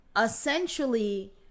essentially